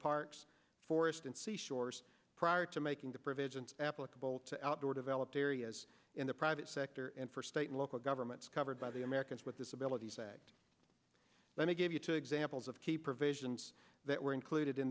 parks forest and seashores prior to making the provisions applicable to outdoor developed areas in the private sector and for state and local governments covered by the americans with disabilities act let me give you two examples of key provisions that were included in